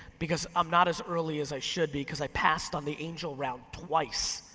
because i'm not as early as i should be because i passed on the angel round twice.